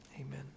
amen